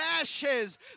ashes